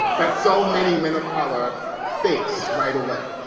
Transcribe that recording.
that so many men of color face right away?